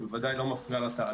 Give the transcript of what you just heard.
היא בוודאי לא מפריעה לתהליך.